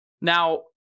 now